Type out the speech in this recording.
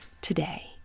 today